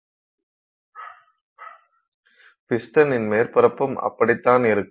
பிஸ்டனின் மேற்பரப்பும் அப்படித்தான் இருக்கும்